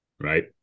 Right